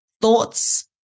thoughts